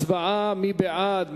הצבעה, מי בעד?